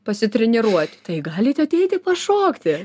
pasitreniruot tai galite ateiti pašokti